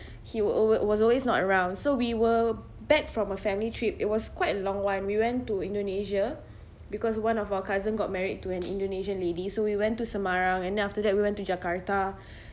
he would alway~ was always not around so we were back from a family trip it was quite long one we went to indonesia because one of our cousin got married to an indonesian lady so we went to semarang and then after that we went to jakarta